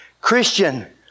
Christian